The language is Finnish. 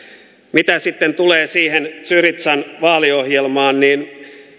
mitä sitten tulee siihen syrizan vaaliohjelmaan niin